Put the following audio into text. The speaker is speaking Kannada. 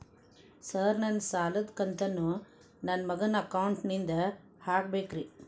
ಸರ್ ನನ್ನ ಸಾಲದ ಕಂತನ್ನು ನನ್ನ ಮಗನ ಅಕೌಂಟ್ ನಿಂದ ಹಾಕಬೇಕ್ರಿ?